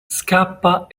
scappa